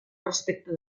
respecte